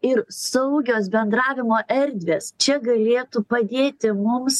ir saugios bendravimo erdvės čia galėtų padėti mums